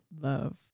love